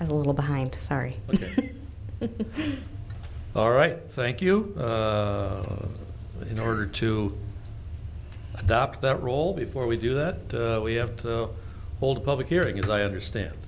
a little behind sorry all right thank you but in order to adopt that role before we do that we have to hold public hearings i understand